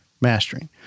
mastering